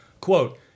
Quote